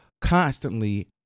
constantly